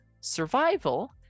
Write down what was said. survival